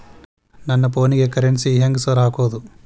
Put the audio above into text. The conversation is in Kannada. ನನ್ ಫೋನಿಗೆ ಕರೆನ್ಸಿ ಹೆಂಗ್ ಸಾರ್ ಹಾಕೋದ್?